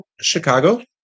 Chicago